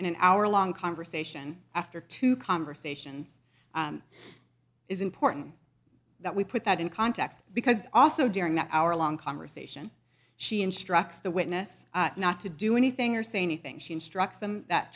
in an hour long conversation after two conversations is important that we put that in context because also during that hour long conversation she instructs the witness not to do anything or say anything she instructs them that